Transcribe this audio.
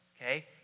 Okay